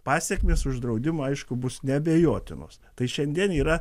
pasekmės uždraudimo aišku bus neabejotinos tai šiandien yra